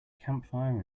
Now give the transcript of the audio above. campfire